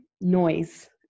noise